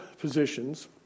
positions